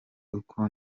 uko